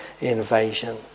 invasion